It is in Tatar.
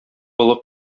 олы